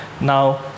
Now